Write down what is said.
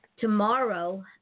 Tomorrow